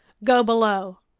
go below!